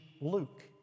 Luke